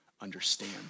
understand